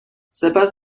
سپس